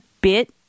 bit